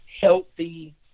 healthy